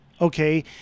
Okay